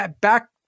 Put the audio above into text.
back